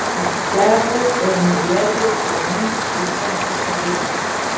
apsiaviau ir nubėgau žemyn slystančiu keliu